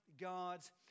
God's